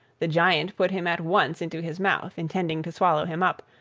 the giant put him at once into his mouth, intending to swallow him up,